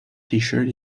tshirt